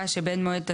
אז אם לא ייקבעו תקנות.